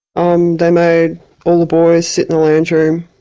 um they made all the boys sit in the lounge-room,